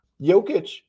Jokic